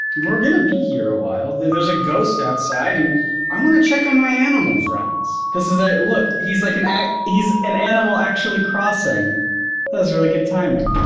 we're gonna be here a while, there's a ghost outside and i wanna check on my animal friends. this is it, look he's like an, he's an animal actually crossing. that was really good timing.